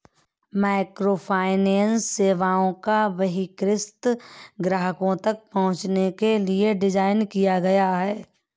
microfinance सेवाओं को बहिष्कृत ग्राहकों तक पहुंचने के लिए डिज़ाइन किया गया है